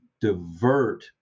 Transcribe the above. divert